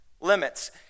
limits